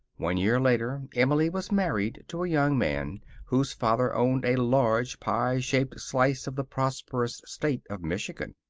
one year later emily was married to a young man whose father owned a large, pie-shaped slice of the prosperous state of michigan.